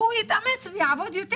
הוא יתאמץ ויעבוד יותר.